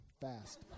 Fast